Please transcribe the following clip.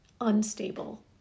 unstable